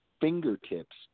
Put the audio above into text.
fingertips